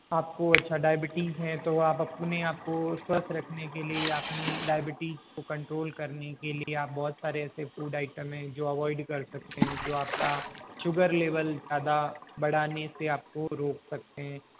आपको अच्छा डायबिटीज़ है तो आप अपने आप को स्वस्थ रखने के लिए या अपनी डायबिटीज़ को कंट्रोल करने के लिए आप बहुत सारे ऐसे फ़ूड आइटम हैं जो अवोइड कर सकते हैं जो आपका शुगर लेवल ज़्यादा बढ़ाने से आप को रोक सकते हैं